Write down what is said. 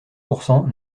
pourcent